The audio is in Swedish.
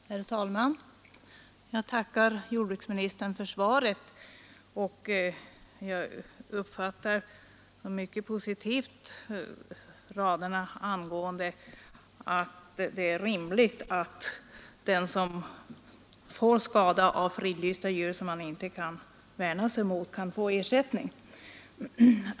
Herr talman! Jag tackar jordbruksministern för svaret. Jag uppfattar såsom något mycket positivt statsrådets mening att det är rimligt att den som vållas skada av fridlysta djur som vederbörande inte kunnat värna sig mot kan få ersättning för skadan.